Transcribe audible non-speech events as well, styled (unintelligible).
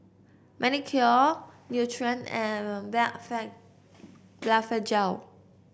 Manicare Nutren and (unintelligible) Blephagel